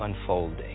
unfolding